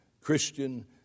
Christian